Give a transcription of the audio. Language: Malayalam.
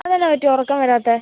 അതെന്നാ പറ്റി ഉറക്കം വരാത്തത്